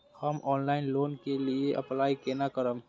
हम online loan के लिए अप्लाई केना करब?